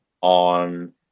on